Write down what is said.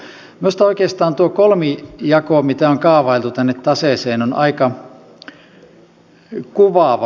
minusta oikeastaan tuo kolmijako mitä on kaavailtu tänne taseeseen on aika kuvaava